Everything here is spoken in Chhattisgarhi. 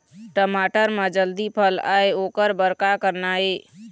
टमाटर म जल्दी फल आय ओकर बर का करना ये?